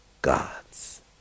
God's